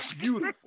beautiful